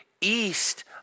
east